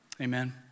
Amen